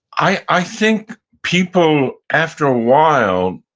i i think people, after a while,